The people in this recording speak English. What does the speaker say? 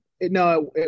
no